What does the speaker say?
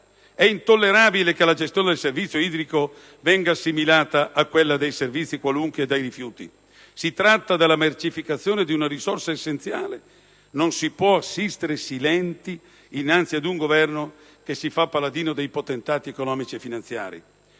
È intollerabile che la gestione del servizio idrico venga assimilata a quella relativa ai rifiuti. Si tratta della mercificazione di una risorsa essenziale. Non si può assistere silenti innanzi ad un Governo che si fa paladino dei potentati economico-finanziari.